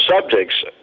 subjects